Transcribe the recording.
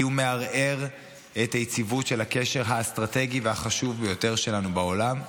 הוא מערער את היציבות של הקשר האסטרטגי והחשוב ביותר שלנו בעולם,